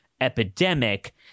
epidemic